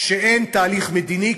כשאין תהליך מדיני,